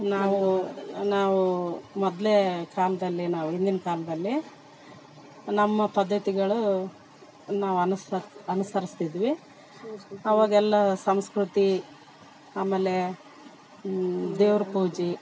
ನಾವೂ ನಾವೂ ಮೊದಲೇ ಕಾಲದಲ್ಲಿ ನಾವು ಹಿಂದಿನ ಕಾಲದಲ್ಲಿ ನಮ್ಮ ಪದ್ಧತಿಗಳೂ ನಾವು ಅನುಸರಿಸೋ ಅನುಸರಿಸ್ತಿದ್ವಿ ಆವಾಗ ಎಲ್ಲ ಸಂಸ್ಕೃತಿ ಆಮೇಲೆ ದೇವ್ರ ಪೂಜೆ